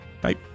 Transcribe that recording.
Bye